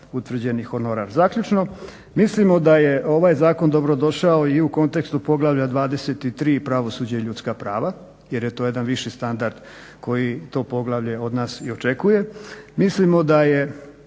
utvrđeni honorar. Zaključno, mislim da je ovaj zakon dobrodošao i u kontekstu poglavlja 23.-Pravosuđe i ljudska prava jer je to jedan viši standard koji to poglavlje od nas i očekuje. Mislimo da će